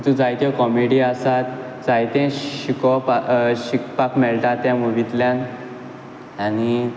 तितूंत जायत्यो कॉमिडी आसात जायतें शिकोप शिकपाक मेळटा ते मुविंतल्यान आनी